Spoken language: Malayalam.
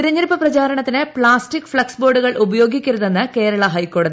തെരഞ്ഞെടുപ്പ് പ്രചാരണത്തിന് പ്ലാസ്റ്റിക് ഫ്ളക്സ് ബോർഡുകൾ ഉപയോഗിക്കരുതെന്ന് കേരള ഹൈക്കോടതി